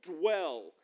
Dwell